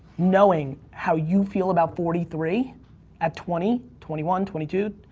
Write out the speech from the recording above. knowing how you feel about forty three at twenty, twenty one, twenty two.